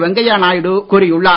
வெங்கைய நாயுடு கூறியுள்ளார்